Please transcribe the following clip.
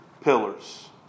pillars